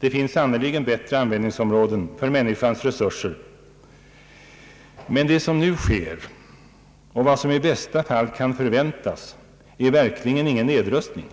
Det finns sannerligen bättre användningsområden för människans resurser. Men det som nu sker och vad som i bästa fall kan förväntas är verkligen ingen nedrustning.